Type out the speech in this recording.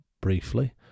briefly